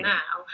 now